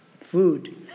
food